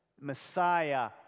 Messiah